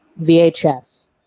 VHS